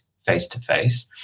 face-to-face